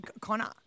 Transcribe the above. Connor